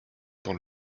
dans